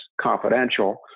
confidential